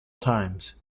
times